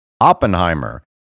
Oppenheimer